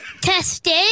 Testing